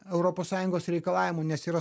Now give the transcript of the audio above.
europos sąjungos reikalavimų nes yra